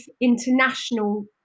international